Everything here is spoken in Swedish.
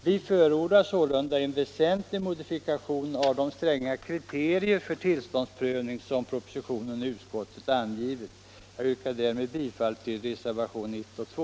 Vi förordar sålunda en väsentlig modifikation av de stränga kriterier för tillståndsprövning som propositionen och utskottets majoritet föreslagit. Herr talman! Jag yrkar därmed bifall till reservationerna 1 och 2.